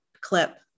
clip